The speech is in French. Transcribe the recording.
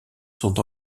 sont